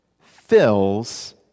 fills